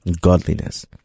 godliness